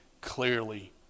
clearly